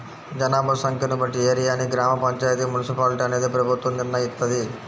జనాభా సంఖ్యను బట్టి ఏరియాని గ్రామ పంచాయితీ, మున్సిపాలిటీ అనేది ప్రభుత్వం నిర్ణయిత్తది